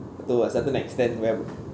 to a certain extent where